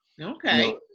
Okay